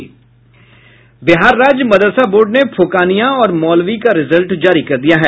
बिहार राज्य मदरसा बोर्ड ने फोकानिया और मौलवी का रिजल्ट जारी कर दिया है